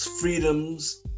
freedoms